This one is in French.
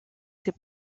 ses